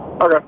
Okay